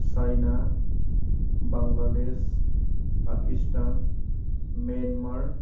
China Bangladesh Pakistan Myanmar